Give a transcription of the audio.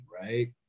Right